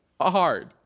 hard